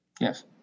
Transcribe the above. Yes